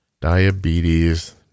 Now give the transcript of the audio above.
Diabetes